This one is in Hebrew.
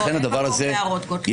אין מקום להערות, גוטליב...